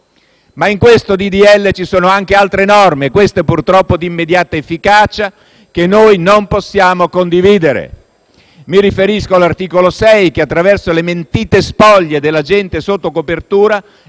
in esame ci sono anche altre norme, purtroppo di immediata efficacia, che noi non possiamo condividere. Mi riferisco all'articolo 6 che, attraverso le mentite spoglie dell'agente sotto copertura,